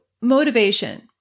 motivation